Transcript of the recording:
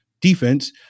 defense